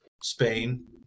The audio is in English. Spain